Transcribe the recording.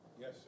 Yes